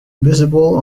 visible